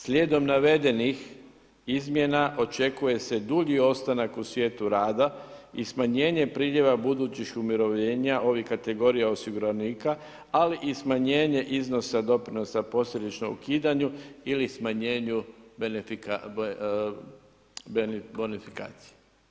Slijedom navedenih izmjena očekuje se dulji ostanak u svijetu rada i smanjenje priljeva budućih umirovljenja ovih kategorija osiguranika, ali i smanjenje iznosa doprinosa posljedično ukidanju ili smanjenju bonifikacije.